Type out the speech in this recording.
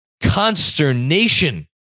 consternation